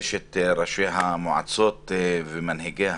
יש את ראשי המועצות ומנהיגי